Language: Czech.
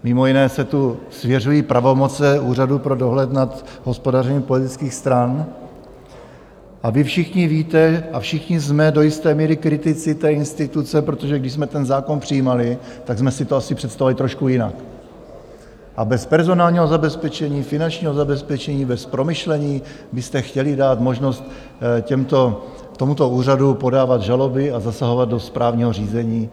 Mimo jiné se tu svěřují pravomoce Úřadu pro dohled nad hospodařením politických stran a vy všichni víte a všichni jsme do jisté míry kritici té instituce, protože když jsme ten zákon přijímali, tak jsme si to asi představovali trošku jinak a bez personálního zabezpečení, finančního zabezpečení, bez promyšlení byste chtěli dát možnost tomuto úřadu podávat žaloby a zasahovat do správního řízení.